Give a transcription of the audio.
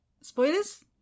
Spoilers